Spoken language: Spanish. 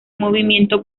movimiento